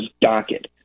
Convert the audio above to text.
docket